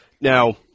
Now